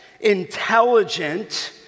intelligent